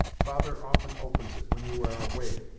father often opens it when you are away,